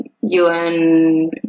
UN